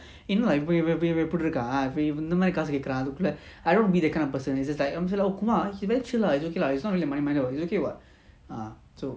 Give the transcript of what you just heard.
you like இப்டிஇருக்கான்:ipdi irukan I don't want to be the kind of person it's just like oh kumar he very chill lah it's okay lah he's not really a money minded he's okay [what] ah so